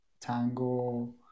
tango